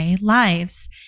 lives